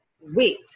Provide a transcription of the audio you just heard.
wait